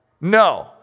No